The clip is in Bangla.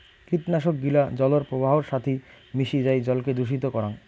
কীটনাশক গিলা জলর প্রবাহর সাথি মিশি যাই জলকে দূষিত করাং